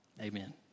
Amen